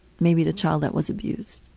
maybe the child that was abused.